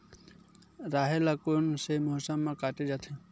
राहेर ल कोन से मौसम म काटे जाथे?